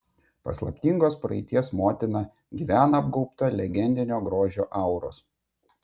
paslaptingos praeities motina gyvena apgaubta legendinio grožio auros